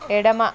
ఎడమ